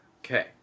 Okay